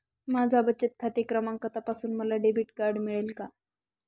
माझा बचत खाते क्रमांक तपासून मला डेबिट कार्ड मिळेल का?